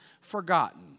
forgotten